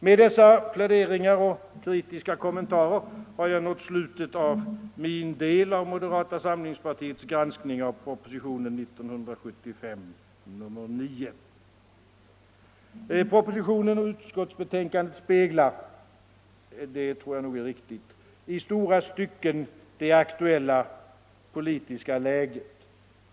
Med dessa pläderingar och kritiska kommentarer har jag nått slutet av min del av moderata samlingspartiets granskning av propositionen nr 9 år 1975. Propositionen och utskottsbetänkandet speglar — det tror jag nog är riktigt — i stora stycken det aktuella politiska läget.